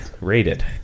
rated